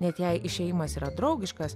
net jei išėjimas yra draugiškas